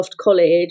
college